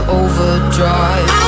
overdrive